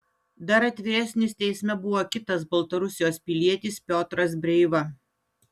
dar atviresnis teisme buvo kitas baltarusijos pilietis piotras breiva